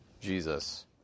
Jesus